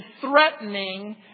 threatening